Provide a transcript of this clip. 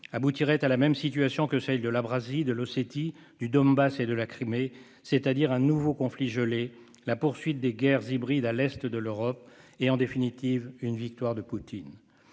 aboutirait à la même situation que celle de l'Abkhazie et de l'Ossétie, du Donbass et de la Crimée, c'est-à-dire à un nouveau conflit gelé, à la poursuite des guerres hybrides à l'est de l'Europe et, en définitive, à une victoire de Poutine.